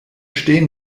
stehen